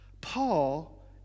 Paul